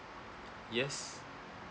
yes